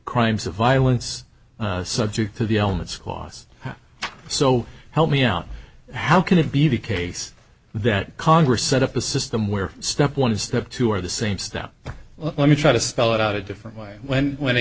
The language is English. crimes of violence subject to the elements cost so help me out how can it be the case that congress set up a system where step one step two are the same step let me try to spell it out a different way when when a